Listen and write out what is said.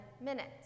minutes